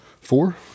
four